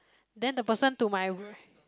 then the person to my